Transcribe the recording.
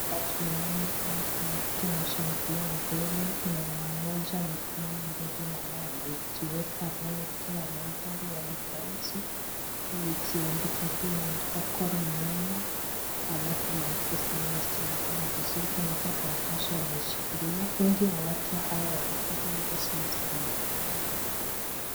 Hapa tunaona kuna kitu wanashangilia mbele. Kuna mmoja amesimama mbele ya hao wemejiweka rangi kila mahali hadi kwa uso. Amejiandika pia imeandikwa Gor Mahia alafu umeandikwa zingine hazijaonekana vizuri, kuna pia karatasi ameshikilia. Wengi wa watu hawa wamevaa nguo zenye zinazofanana